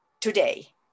today